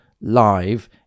live